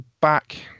back